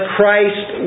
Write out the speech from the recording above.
Christ